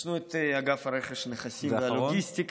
יש לנו את אגף הרכש, הנכסים והלוגיסטיקה.